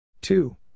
two